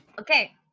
Okay